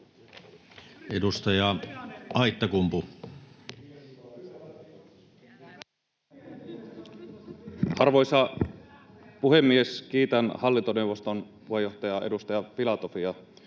14:11 Content: Arvoisa puhemies! Kiitän hallintoneuvoston puheenjohtajaa, edustaja Filatovia,